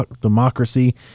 democracy